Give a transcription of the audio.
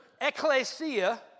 ecclesia